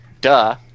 Duh